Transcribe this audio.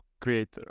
creator